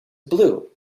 blue